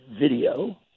video